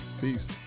Peace